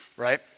right